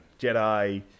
Jedi